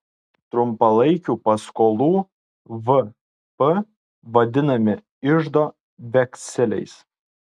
trumpalaikių paskolų vp vadinami iždo vekseliais